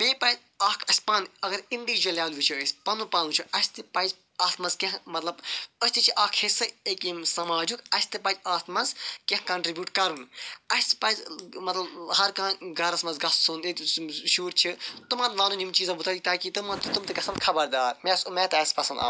بیٚیہِ پَہ اَکھاَسہِ پانہٕ اگر اِنڈِوِجوَل لٮ۪ول وٕچھو أسۍ پَنُن پان وٕچھو اَسہِ تہِ پَزِ اتھ مَنٛز کینٛہہ مطلب أسۍ تہِ چھِ اکھ حِصہٕ أکہِ ییٚمہِ سَماجُک اَسہِ تہِ پَزِ اتھ مَنٛز کینٛہہ کَنٹرِبیوٗٹ کَرُن اَسہِ پَزِ مَطلَب ہر کانٛہہ گَرَس مَنٛز گَژھُن ییٚتس ییٚمِس شُرۍ چھِ تِمن وَنُن یِمن چیٖزَن مُتعلِق تاکہِ تِم مہ تِم تہِ گَژھَن خَبَردار مےٚ آسہِ اُمید تۄہہِ آسہِ پَسَنٛد آ